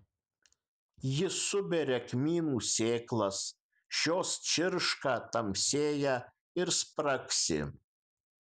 ji suberia kmynų sėklas šios čirška tamsėja ir spragsi